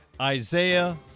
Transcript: Isaiah